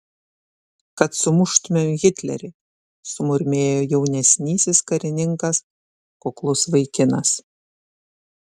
kad sumuštumėm hitlerį sumurmėjo jaunesnysis karininkas kuklus vaikinas